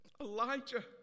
Elijah